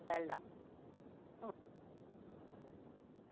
ꯑꯃꯨꯛꯇꯪ ꯁꯤꯟꯗꯣꯛꯑꯒ ꯑꯩꯈꯣꯏ ꯏꯃꯥꯟꯅꯕ ꯑꯍꯨꯝ ꯃꯔꯤ ꯇꯧꯔꯒ